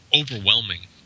overwhelming